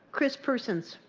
chris persons?